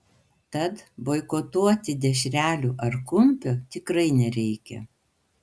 tad boikotuoti dešrelių ar kumpio tikrai nereikia